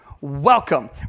Welcome